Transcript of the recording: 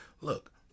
look